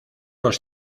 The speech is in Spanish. los